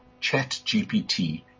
ChatGPT